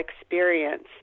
experience